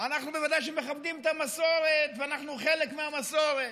אנחנו בוודאי מכבדים את המסורת ואנחנו חלק מהמסורת.